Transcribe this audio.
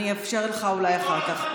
אני אאפשר לך אולי אחר כך.